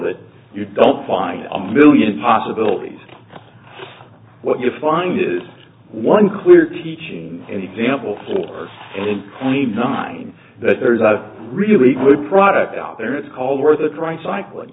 that you don't find a million possibilities what you find is one clear teaching and example for only nine that there's a really good product out there it's called worth a try cycli